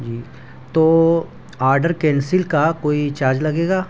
جی تو order cancel کا کوئی چارج لگے گا